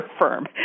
firm